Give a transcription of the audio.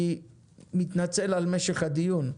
אני מתנצל על משך הדיון,